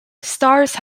stars